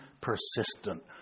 persistent